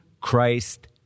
Christ